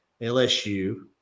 LSU